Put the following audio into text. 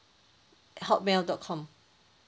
at hotmail dot com